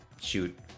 shoot